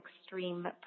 extreme